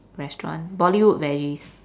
restaurant bollywood veggies